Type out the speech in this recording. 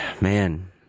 man